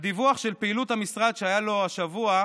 בדיווח של פעילות המשרד שהיה לו השבוע,